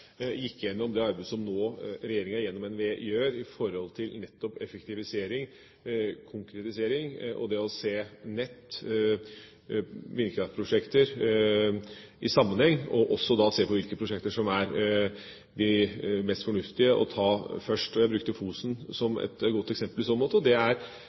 gikk gjennom det arbeidet som regjeringa, gjennom NVE, nå gjør i forhold til nettopp effektivisering, konkretisering, det å se nett og vindkraftprosjekter i sammenheng, og da også se på hvilke prosjekter som er de mest fornuftige å ta først. Jeg brukte Fosen som et godt eksempel i så måte, og det er